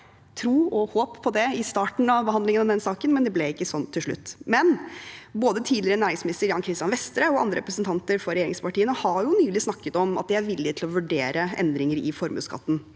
på og håp om det i starten av behandlingen av denne saken, ble det ikke slik til slutt. Både tidligere næringsminister Jan Christian Vestre og andre representanter for regjeringspartiene har nylig snakket om at de er villig til å vurdere endringer i formuesskatten.